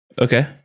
Okay